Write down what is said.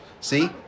See